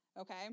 okay